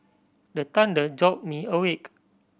the thunder jolt me awake